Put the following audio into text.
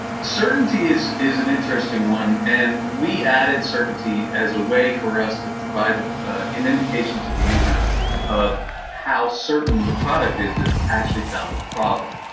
certainty is is an interesting one. and we added certainty as a way for us to provide an indication to the user of how certain the product is that it's actually found a problem.